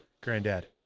granddad